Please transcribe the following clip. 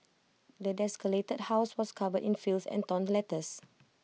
the desolated house was covered in filth and torn letters